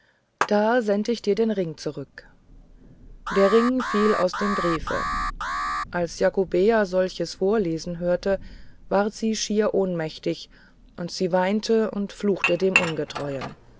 da send ich dir den ring zurück der ring fiel aus dem briefe als jakobea solches verlesen hörte ward sie schier ohnmächtig und sie weinte und fluchte dem ungetreuen